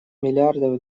миллиардов